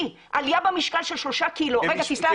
כי עליה במשקל של שלושה קילו, רגע תסלח לי.